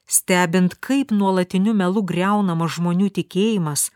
stebint kaip nuolatiniu melu griaunamas žmonių tikėjimas